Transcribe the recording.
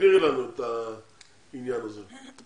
תסבירי לנו את העניין הזה.